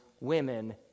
women